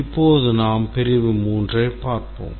இப்போது நாம் பிரிவு 3 ஐப் பார்ப்போம்